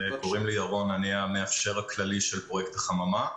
אני המאפשר הכללי של פרויקט החממה.